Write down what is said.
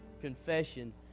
confession